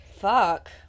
Fuck